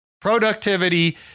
Productivity